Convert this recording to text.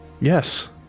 yes